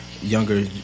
younger